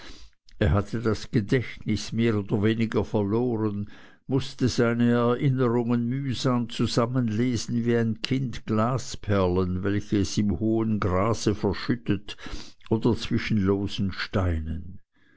er hatte das gedächtnis mehr oder weniger verloren mußte seine erinnerungen mühsam zusammenlesen wie ein kind glasperlen welche es im hohen grase verschüttet oder zwischen losen steinen